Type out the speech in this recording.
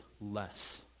less